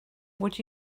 would